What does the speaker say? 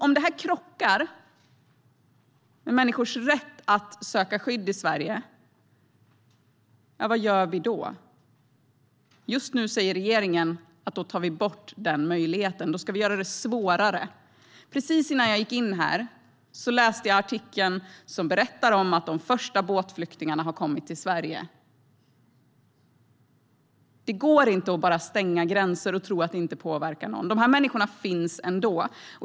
Om det krockar med människors rätt att söka skydd i Sverige, vad gör vi då? Just nu säger regeringen att vi ska ta bort den möjligheten, att vi ska göra det svårare. Precis innan jag gick in här i kammaren läste jag en artikel som berättar om att de första båtflyktingarna har kommit till Sverige. Det går inte att bara stänga gränser och tro att det inte påverkar någon. De här människorna finns ändå.